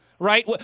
Right